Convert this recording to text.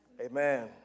Amen